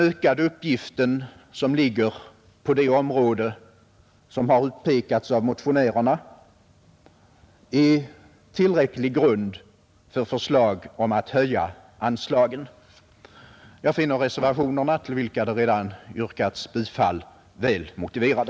Ökade uppgifter på det område motionärerna påpekat är tillräcklig grund för förslag om att höja anslagen. Jag finner reservationerna, till vilka det redan yrkats bifall, väl motiverade.